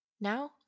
Now